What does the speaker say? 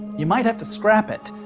you might have to scrap it.